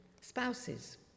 spouses